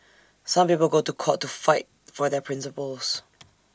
some people go to court to fight for their principles